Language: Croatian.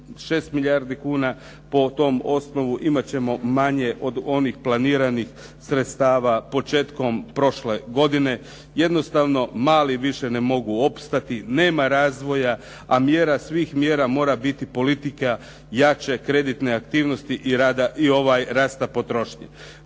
6 milijardi kuna, po tom osnovu imat ćemo manje od onih planiranih sredstava početkom prošle godine. Jednostavno mali više ne mogu opstati, nema razvoja, a mjera svih mjera mora biti politika jače kreditne aktivnosti i rasta potrošnje.